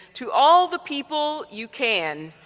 to all the people you can,